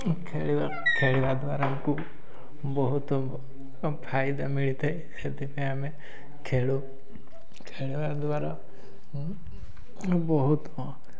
ଖେଳିବା ଖେଳିବା ଦ୍ୱାରାକୁ ବହୁତ ଫାଇଦା ମିଳିଥାଏ ସେଥିପାଇଁ ଆମେ ଖେଳୁ ଖେଳିବା ଦ୍ୱାରା ବହୁତ